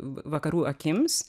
v vakarų akims